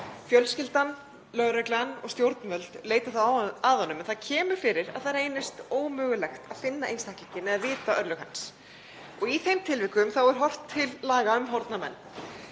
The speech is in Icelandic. fjölskyldan, lögreglan og stjórnvöld leita þá að honum. En það kemur fyrir að það reynist ómögulegt að finna einstaklinginn eða vita örlög hans. Í þeim tilvikum er horft til laga um horfna menn.